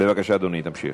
בבקשה, אדוני, תמשיך.